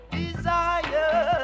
desire